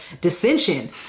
dissension